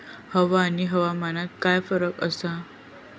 हवा आणि हवामानात काय फरक असा?